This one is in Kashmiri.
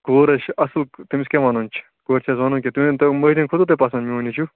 کوٗر حظ چھِ اَصٕل تٔمِس کیٛاہ وَنُن چھُ کورِ چھِ حظ وَنُن کیٚنٛہہ تُہۍ ؤنۍتو مٔحدیٖن کھوٚتوٕ تۄہہِ پسنٛد میون نیٚچوٗ